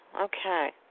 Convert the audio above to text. okay